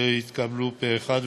והיא התקבלה פה אחד.